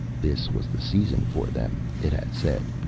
this was the season for them, it had said,